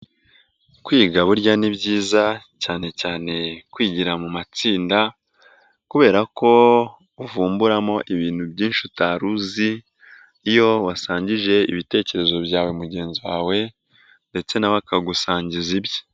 Kwiga burya ni byiza cyane cyane kwigira mu matsinda kubera ko uvumburamo ibintu byinshi utari uzi iyo wasangije ibitekerezo byawe mugenzi wawe ndetse na we akagusangiza ibye.